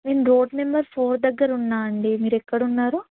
నేను road number four దగ్గర ఉన్నాను అండి మీరు ఎక్కడ ఉన్నారు